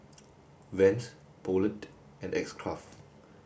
Vans Poulet and X Craft